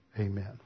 Amen